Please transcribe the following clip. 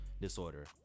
disorder